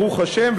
ברוך השם,